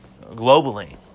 globally